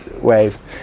waves